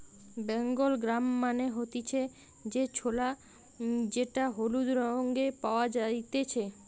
Bengal gram মানে হতিছে যে ছোলা যেটা হলুদ রঙে পাওয়া জাতিছে